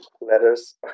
letters